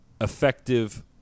effective